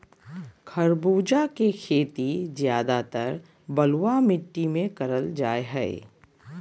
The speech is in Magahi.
खरबूजा के खेती ज्यादातर बलुआ मिट्टी मे करल जा हय